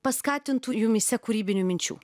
paskatintų jumyse kūrybinių minčių